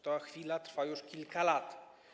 Ta chwila trwa już kilka lat.